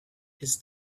his